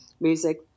music